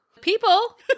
people